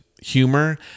humor